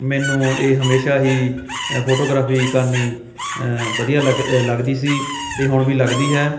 ਮੈਨੂੰ ਇਹ ਹਮੇਸ਼ਾ ਹੀ ਫੋਟੋਗ੍ਰਾਫੀ ਕਰਨੀ ਵਧੀਆ ਲੱਗ ਅ ਲੱਗਦੀ ਸੀ ਅਤੇ ਹੁਣ ਵੀ ਲੱਗਦੀ ਹੈ